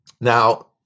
Now